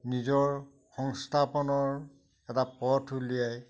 নিজৰ সংস্থাপনৰ এটা পথ উলিয়াই